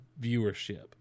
viewership